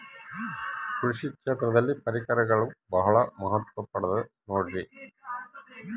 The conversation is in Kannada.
ಕೃಷಿ ಕ್ಷೇತ್ರದಲ್ಲಿ ಪರಿಕರಗಳು ಬಹಳ ಮಹತ್ವ ಪಡೆದ ನೋಡ್ರಿ?